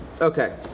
Okay